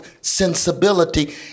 sensibility